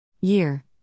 Year